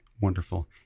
wonderful